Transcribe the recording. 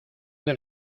del